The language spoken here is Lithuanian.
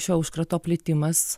šio užkrato plitimas